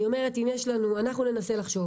אנחנו ננסה לחשוב.